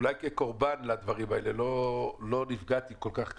אולי כקורבן לדברים האלה לא נפגעתי כל כך כלכלית,